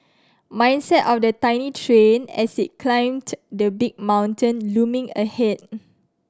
mindset of the tiny train as it climbed the big mountain looming ahead